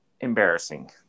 Embarrassing